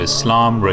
Islam